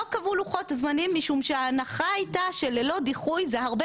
לא קבעו לוחות זמנים משום שההנחה הייתה ש "ללא דיחוי" זה הרבה